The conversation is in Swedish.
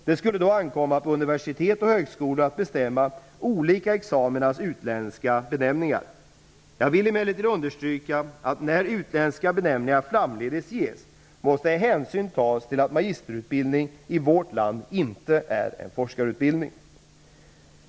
Det skulle då ankomma på universitet och högskolor att bestämma olika examinas utländska benämningar. Jag vill emellertid understryka att när utländska benämningar framdeles ges måste hänsyn tas till att magisterutbildning i vårt land inte är en forskarutbildning.